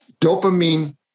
dopamine